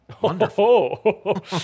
Wonderful